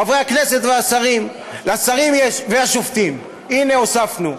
חברי הכנסת והשרים, והשופטים, הינה, הוספנו.